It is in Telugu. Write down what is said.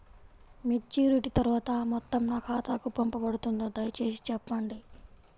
మెచ్యూరిటీ తర్వాత ఆ మొత్తం నా ఖాతాకు పంపబడుతుందా? దయచేసి చెప్పండి?